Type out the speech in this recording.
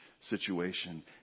situation